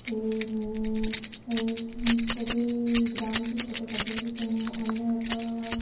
ଏ ଯଦି ଗ୍ରାଉଣ୍ଡଟି ଛୋଟ ପଡ଼ିଯାଉଛି ତେଣୁ ଅନ୍ୟ ଏକ